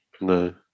No